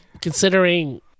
considering